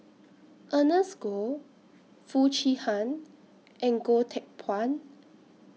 Ernest Goh Foo Chee Han and Goh Teck Phuan